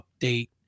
update